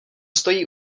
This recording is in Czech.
stojí